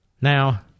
Now